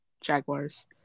Jaguars